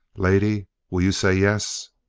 lady, will you say yes?